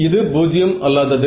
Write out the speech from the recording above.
இது பூஜ்ஜியம் அல்லாதது